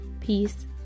peace